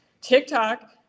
TikTok